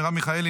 מרב מיכאלי,